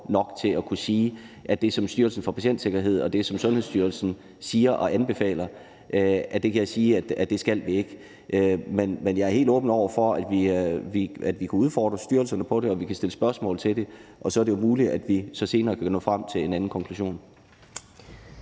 til at kunne sige, at det, som Styrelsen for Patientsikkerhed, og det, som Sundhedsstyrelsen siger og anbefaler, skal vi ikke. Men jeg er helt åben for, at vi kan udfordre styrelserne på det og vi kan stille spørgsmål til det, og så det er jo muligt, at vi så senere kan nå frem til en anden konklusion.